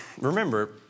remember